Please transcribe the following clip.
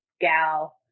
gal